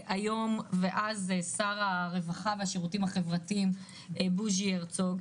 שר הרווחה דאז, בוז'י הרצוג,